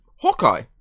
Hawkeye